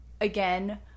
again